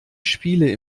spiele